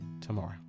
tomorrow